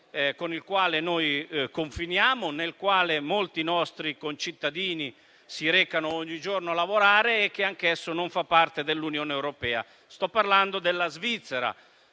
con il quale confiniamo, nel quale molti nostri concittadini si recano ogni giorno a lavorare e che, anch'esso, non fa parte dell'Unione europea. Sto parlando della Svizzera.